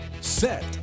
set